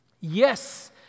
Yes